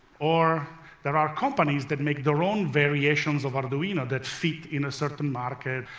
or there are companies that make their own variations of arduino that fit in a certain market,